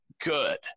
good